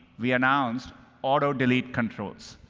we announced auto-delete controls,